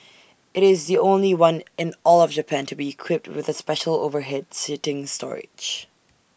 IT is the only one in all of Japan to be equipped with the special overhead seating storage